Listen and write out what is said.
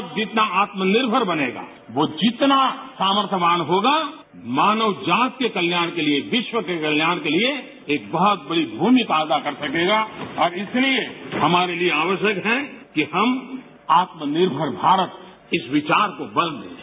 भारत जितना आत्मनिर्मर बनेगा यो जितना सामर्थयवान होगा मानव जाति के कल्याण के लिये विश्व के कल्याण के लिये एक बहुत बड़ी भूमिका अदा कर सकेगा और इसलिये हमारे लिये आवश्यक है कि हम आत्मनिर्भर भारत इस विचार को बल दें